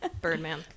Birdman